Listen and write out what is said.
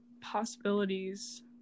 Possibilities